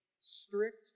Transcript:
strict